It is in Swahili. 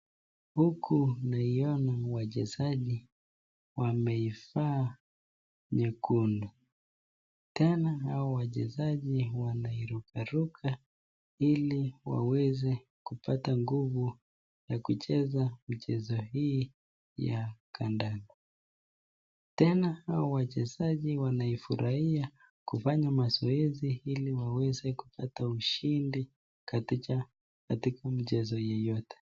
Huku naiona wachezaji wameivaa nyekundu. Tena hao wachezaji wanairukaruka ili waweze kupata nguvu ya kucheza michezo hii ya kadanda. Tena hao wachezaji wanaifurahia kufanya mazoezi ili waweze kupata ushindi katika mchezo yoyote.